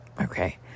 okay